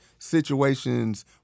Situations